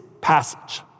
passage